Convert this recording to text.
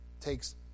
takes